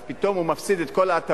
אז פתאום הוא מפסיד את כל ההטבות,